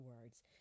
words